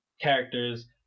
characters